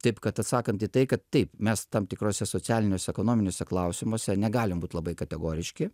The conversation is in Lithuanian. taip kad atsakant į tai kad taip mes tam tikruose socialiniuose ekonominiuose klausimuose negalim būti labai kategoriški